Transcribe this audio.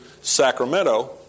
Sacramento